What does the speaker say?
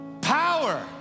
power